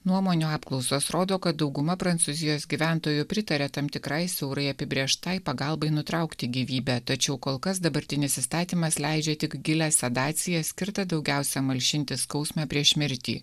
nuomonių apklausos rodo kad dauguma prancūzijos gyventojų pritaria tam tikrai siaurai apibrėžtai pagalbai nutraukti gyvybę tačiau kol kas dabartinis įstatymas leidžia tik gilią sedaciją skirtą daugiausia malšinti skausmą prieš mirtį